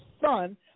son